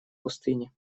пустыне